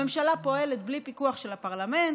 הממשלה פועלת בלי פיקוח של הפרלמנט,